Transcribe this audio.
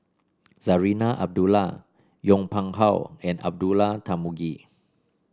Zarinah Abdullah Yong Pung How and Abdullah Tarmugi